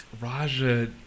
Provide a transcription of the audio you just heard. Raja